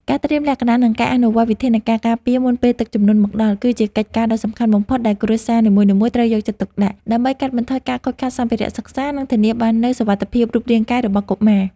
ការត្រៀមលក្ខណៈ និងការអនុវត្តវិធានការការពារមុនពេលទឹកជំនន់មកដល់ គឺជាកិច្ចការដ៏សំខាន់បំផុតដែលគ្រួសារនីមួយៗត្រូវយកចិត្តទុកដាក់ ដើម្បីកាត់បន្ថយការខូចខាតសម្ភារៈសិក្សា និងធានាបាននូវសុវត្ថិភាពរូបរាងកាយរបស់កុមារ។